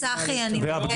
צחי, אני מבקשת.